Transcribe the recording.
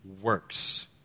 works